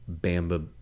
Bamba